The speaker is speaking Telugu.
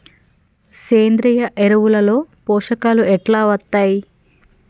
సేంద్రీయ ఎరువుల లో పోషకాలు ఎట్లా వత్తయ్?